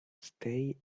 stay